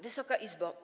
Wysoka Izbo!